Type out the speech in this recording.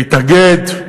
להתאגד.